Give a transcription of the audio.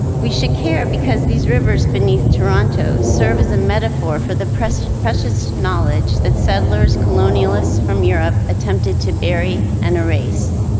we should care because these rivers beneath toronto serve as a metaphor for the precious precious knowledge that settlers, colonialists from europe attempted to bury an erase.